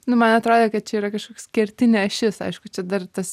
nu man atrodė kad čia yra kažkoks kertinė ašis aišku čia dar tas